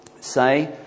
say